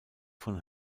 von